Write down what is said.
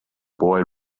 boy